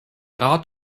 rat